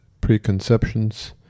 preconceptions